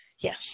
Yes